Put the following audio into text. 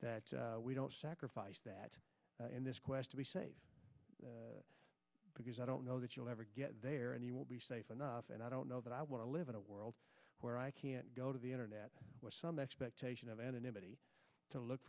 that we don't sacrifice that in this quest to be safe because i don't know that you'll ever get there and you will be safe enough and i don't know that i want to live in a world where i can't go to the internet or some expectation of anonymity to look